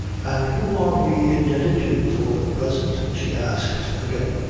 and who are we indebted to for the present? she asked again.